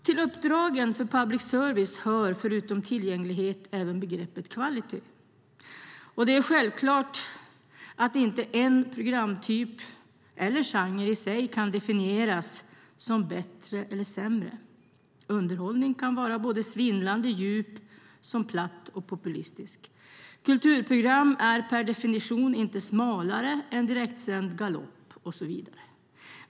Till uppdragen för public service hör förutom tillgänglighet även begreppet kvalitet. Det är självklart att inte en programtyp eller genre i sig kan definieras som bättre eller sämre. Underhållning kan vara såväl svindlande djup som platt och populistisk. Kulturprogram är per definition inte smalare än direktsänd galopp och så vidare.